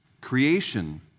creation